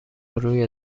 روی